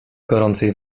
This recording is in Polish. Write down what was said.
gorącej